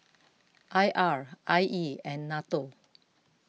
I R I E and Nato